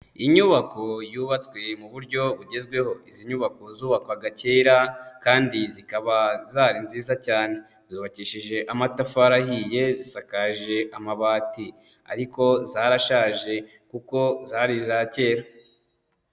Inyubako yubatswe mu buryo bugezweho, izi nyubako zubakwaga kera kandi zikaba zari nziza cyane, zubakishije amatafari ahiye zisakaje amabati, ariko zarashaje kuko zari iza kera.